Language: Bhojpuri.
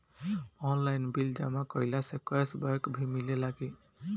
आनलाइन बिल जमा कईला से कैश बक भी मिलेला की?